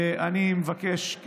אני מבקש מחברי הכנסת,